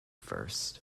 first